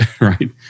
right